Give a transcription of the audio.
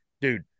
dude